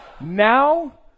Now